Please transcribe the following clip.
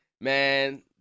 man